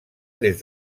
des